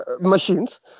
machines